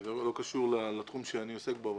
לא קשור לתחום שאני עוסק בו.